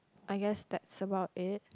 I guess that's about it